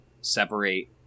separate